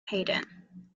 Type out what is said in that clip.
hayden